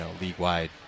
league-wide